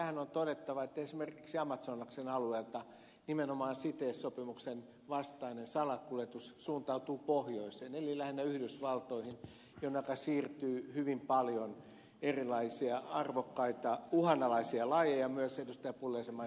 tähän on todettava että esimerkiksi amazonaksen alueelta nimenomaan cites sopimuksen vastainen salakuljetus suuntautuu pohjoiseen eli lähinnä yhdysvaltoihin jonneka siirtyy hyvin paljon erilaisia arvokkaita uhanalaisia lajeja myös ed